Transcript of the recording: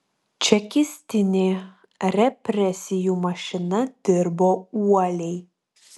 čekistinė represijų mašina dirbo uoliai